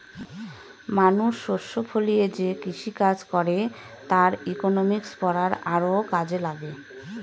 মানুষ শস্য ফলিয়ে যে কৃষিকাজ করে তার ইকনমিক্স পড়া আরও কাজে লাগে